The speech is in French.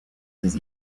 ses